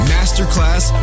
Masterclass